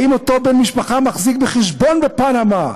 האם אותו בן-משפחה מחזיק בחשבון בפנמה?